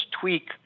tweak